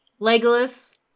Legolas